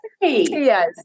yes